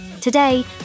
Today